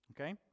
okay